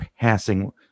passing